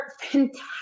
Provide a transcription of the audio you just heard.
fantastic